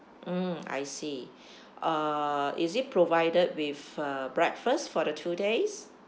mm I see uh is it provided with uh breakfast for the two days